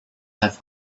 have